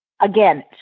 again